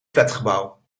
flatgebouw